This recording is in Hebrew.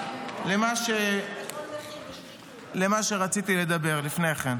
עכשיו למה שרציתי לדבר לפני כן.